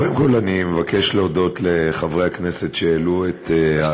קודם כול אני מבקש להודות לחברי הכנסת שהעלו את ההצעות.